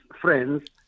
friends